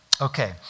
Okay